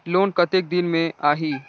Loan कतेक दिन मे आही?